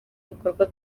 ibikorwa